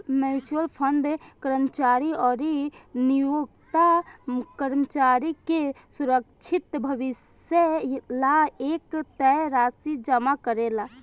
mutual fund कर्मचारी अउरी नियोक्ता कर्मचारी के सुरक्षित भविष्य ला एक तय राशि जमा करेला